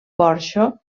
porxo